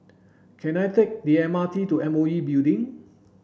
can I take the M R T to M O E Building